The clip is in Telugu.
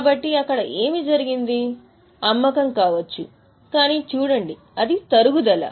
కాబట్టి అక్కడ ఏమి జరిగిందో అమ్మకం కావచ్చు కానీ చూడండి అది తరుగుదల